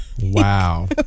Wow